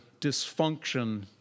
dysfunction